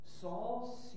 Saul